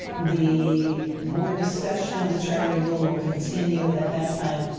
the board discussion of the charter renewal will continue at that time.